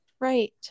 Right